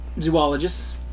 Zoologists